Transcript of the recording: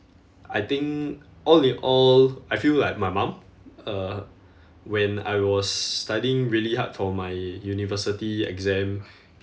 I think all in all I feel like my mum uh when I was studying really hard for my university exam